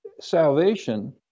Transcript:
salvation